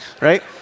right